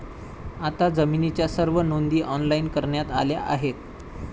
आता जमिनीच्या सर्व नोंदी ऑनलाइन करण्यात आल्या आहेत